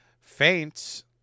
faints